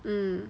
mm